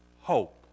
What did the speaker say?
hope